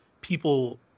people